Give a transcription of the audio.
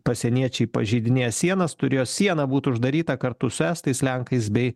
pasieniečiai pažeidinėja sienas turėjo siena būt uždaryta kartu su estais lenkais bei